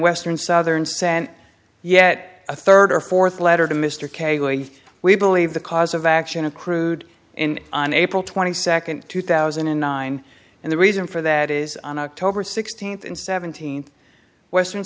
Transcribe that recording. western southern sand yet a third or fourth letter to mr keighley we believe the cause of action accrued in on april twenty second two thousand and nine and the reason for that is on october sixteenth and seventeenth western